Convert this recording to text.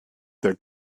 their